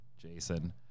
Jason